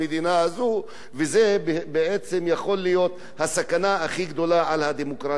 וזה בעצם יכול להיות הסכנה הכי גדולה לדמוקרטיה במדינת ישראל.